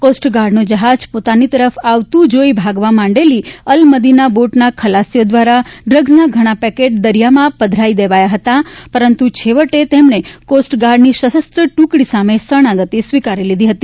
કોસ્ટગાર્ડનું જહાજ પોતાની તરફ આવતું જોઇ ભાગવા માંડેલી અલમદીના બોટના ખલાસીઓ દ્વારા ડ્રગ્ઝના ઘણા પેકેટ દરિયામાં પધરાવી દેવાયા હતા પરંતુ છેવટે તેમણે કોસ્ટગાર્ડની સશસ્ત્ર ટુકડી સામે શરણાગતિ સ્વીકારી લીધી હતી